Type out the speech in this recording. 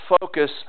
focus